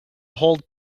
hold